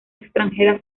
extranjera